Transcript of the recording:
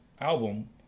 album